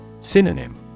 Synonym